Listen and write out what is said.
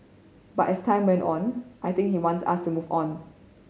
but as time went on I think he wants us to move on